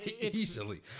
Easily